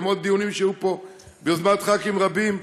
למרות דיונים שהיו פה ביוזמת ח"כים רבים,